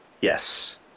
Yes